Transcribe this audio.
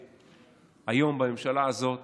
והיום בממשלה הזאת